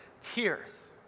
tears